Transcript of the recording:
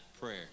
prayer